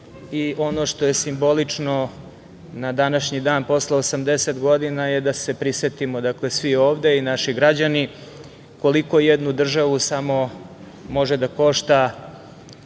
što je simbolično, na današnji dan posle 80 godina, dakle da se prisetimo svi ovde i naši građani, koliko jednu državu samo može da košta